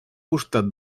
costat